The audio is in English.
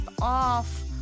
off